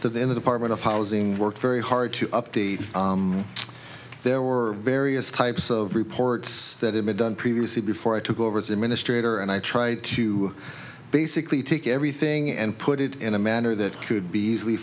the department of housing worked very hard to update there were various types of reports that had been done previously before i took over as administrator and i try to basically take everything and put it in a manner that could be easily